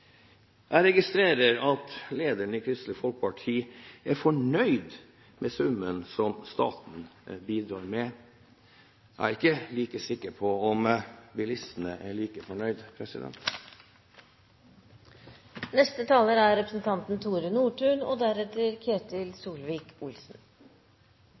Jeg registrerer at lederen i Kristelig Folkeparti er fornøyd med summen som staten bidrar med. Jeg er ikke sikker på om bilistene er like fornøyd. Jeg er